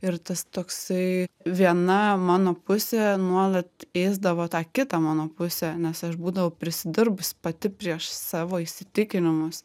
ir tas toksai viena mano pusė nuolat ėsdavo tą kitą mano pusę nes aš būdavau prisidirbus pati prieš savo įsitikinimus